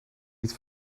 niet